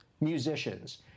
musicians